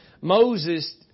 Moses